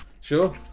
Sure